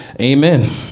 Amen